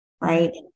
right